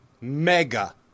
mega